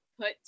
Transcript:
put